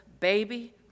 Baby